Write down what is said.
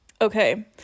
Okay